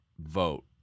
Vote